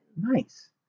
Nice